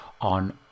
on